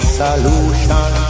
solution